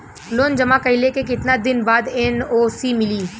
Loan जमा कइले के कितना दिन बाद एन.ओ.सी मिली?